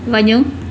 वञो